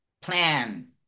plan